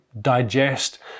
digest